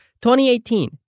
2018